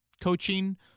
coaching